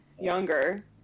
younger